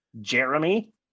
Jeremy